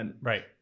Right